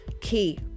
key